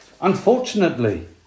Unfortunately